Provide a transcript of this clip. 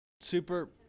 super